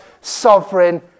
sovereign